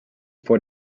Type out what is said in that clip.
vor